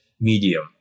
medium